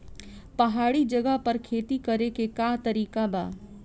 पहाड़ी जगह पर खेती करे के का तरीका बा?